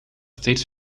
steeds